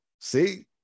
See